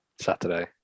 Saturday